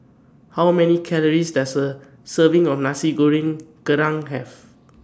How Many Calories Does A Serving of Nasi Goreng Kerang Have